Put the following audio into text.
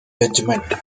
judgment